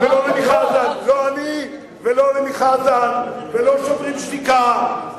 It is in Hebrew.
ולא "שוברים שתיקה",